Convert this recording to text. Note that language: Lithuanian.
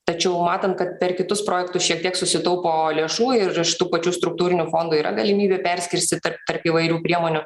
tačiau matant kad per kitus projektus šiek tiek susitaupo lėšų ir iš tų pačių struktūrinių fondų yra galimybė perskirstyt tarp tarp įvairių priemonių